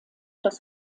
das